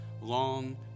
long